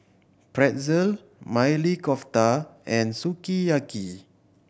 Pretzel Maili Kofta and Sukiyaki